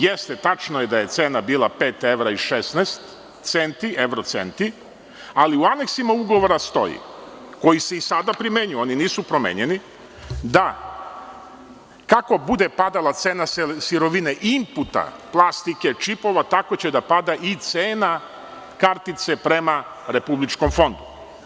Jeste, tačno je da je cena bila 5,16 evra, ali u aneksima ugovora stoji, a oni se i sada primenjuju, oni nisu promenjeni, da kako bude padala cena sirovine, inputa, plastike, čipova, tako će da pada i cena kartice prema Republičkom fondu.